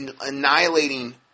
annihilating